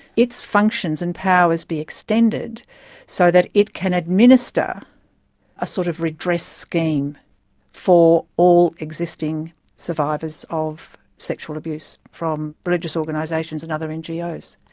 it's functions and powers be extended so that it can administer a sort of redress scheme for all existing survivors of sexual abuse from religious organisations and other ngos.